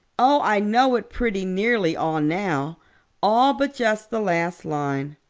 oh, i know it pretty nearly all now all but just the last line.